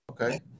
Okay